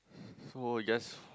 so we just